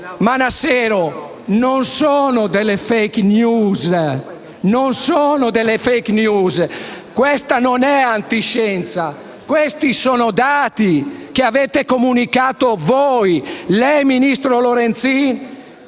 Manassero, non sono delle *fake news.* Questa non è antiscienza. Questi sono dati che avete comunicato voi, ossia lei, ministro Lorenzin,